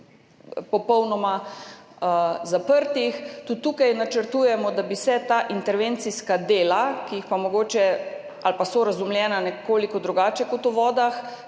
popolnoma zaprtih. Tudi tukaj načrtujemo, da bi se ta intervencijska dela, ki so razumljena nekoliko drugače kot v vodah,